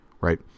right